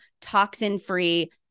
toxin-free